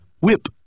Whip